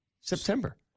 September